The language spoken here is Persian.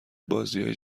بازیای